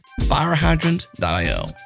FireHydrant.io